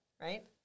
right